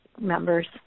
members